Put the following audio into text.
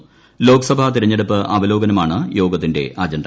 പ്രിലോക്സഭാ തിരഞ്ഞെടുപ്പ് അവലോകനമാണ് യോഗത്തിന്റെ അജണ്ട